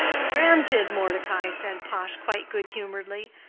granted, mordecai, said pash quite good-humoredly.